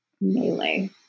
melee